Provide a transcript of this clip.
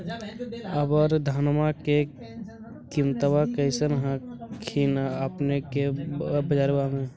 अबर धानमा के किमत्बा कैसन हखिन अपने के बजरबा में?